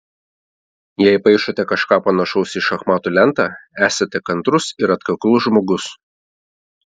jei paišote kažką panašaus į šachmatų lentą esate kantrus ir atkaklus žmogus